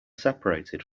separated